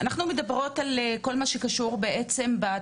אנחנו מדברות על כל מה שקשור לתיאום